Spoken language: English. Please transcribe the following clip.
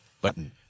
Button